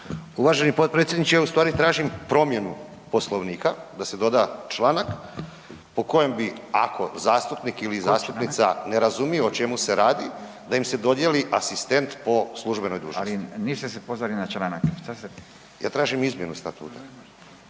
Uvaženi potpredsjedniče, ja ustvari tražim promjenu Poslovnika da se doda članak po kojem bi ako zastupnik ili zastupnica ne razumije o čemu se radi, da im se dodijeli asistent po službenoj dužnosti. …/Upadica Radin: Ali niste se pozvali na članak./… Ja tražim izmjenu statuta